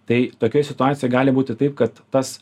tai tokioj situacijoj gali būti taip kad tas